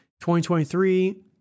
2023